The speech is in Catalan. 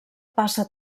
passa